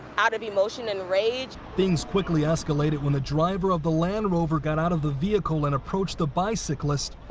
out of emotion and rage. victor things quickly escalated when the driver of the land rover got out of the vehicle and approached the bicyclist,